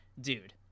dude